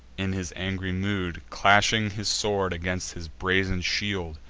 in his angry mood, clashing his sword against his brazen shield,